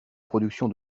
production